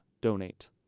donate